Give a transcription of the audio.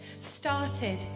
started